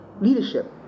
leadership